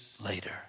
later